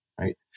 right